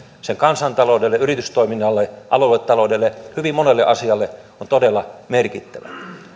sen kansantaloudelle yritystoiminnalle alueta loudelle hyvin monelle asialle on todella merkittävä